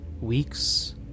weeks